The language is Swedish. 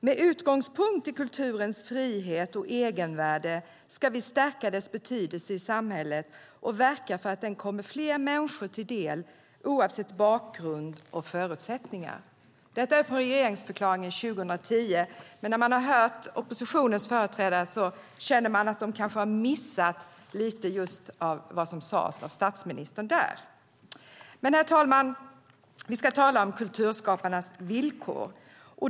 Med utgångspunkt i kulturens frihet och egenvärde ska vi stärka dess betydelse i samhället och verka för att den kommer fler människor till del, oavsett bakgrund och förutsättningar." Detta är från regeringsförklaringen 2010. När man har hört oppositionens företrädare känner man att de kanske har missat lite av vad som sades där av statsministern. Herr talman! Vi ska tala om kulturskaparnas villkor.